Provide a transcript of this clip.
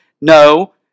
No